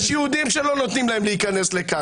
יש יהודים שלא נותנים להם להיכנס לכאן,